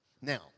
Now